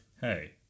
hey